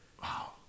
Wow